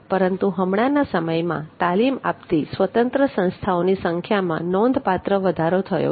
પરંતુ હમણાંના સમયમાં તાલીમ આપતી સ્વતંત્ર સંસ્થાઓની સંખ્યામાં નોંધપાત્ર વધારો થયો છે